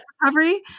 recovery